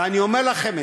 ואני אומר לכם,